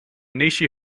nishi